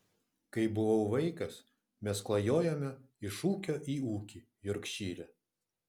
kai buvau vaikas mes klajojome iš ūkio į ūkį jorkšyre